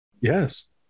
yes